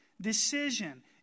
decision